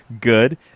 good